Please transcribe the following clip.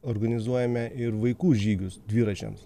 organizuojame ir vaikų žygius dviračiams